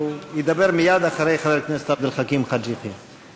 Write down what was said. הוא ידבר מייד אחרי חבר הכנסת עבד אל חכים חאג' יחיא.